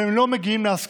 אבל הם לא מגיעים להסכמה,